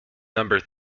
number